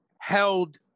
held